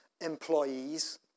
employees